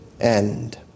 end